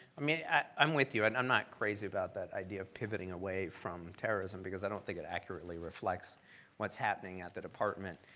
i mean, i'm with you and i'm not crazy about that idea of pivoting away from terrorism because i don't think it accurately reflects what's happening at the department.